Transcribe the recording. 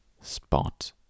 spot